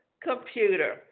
computer